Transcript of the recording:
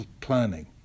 planning